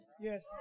yes